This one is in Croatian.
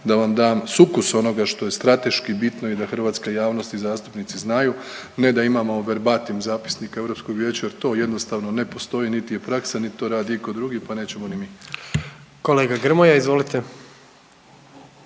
da vam dam sukus onoga što je strateški bitno i da hrvatska javnost i zastupnici znaju, ne da imamo o verbatim zapisnik EV-a jer to jednostavno ne postoji niti je praksa niti to radi itko drugi pa nećemo ni mi. **Jandroković,